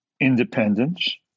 independence